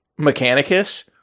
Mechanicus